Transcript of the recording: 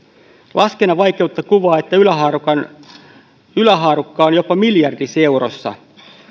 laskennan vaikeutta kuvaa että ylähaarukka on jopa miljardissa eurossa